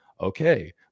okay